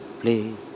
play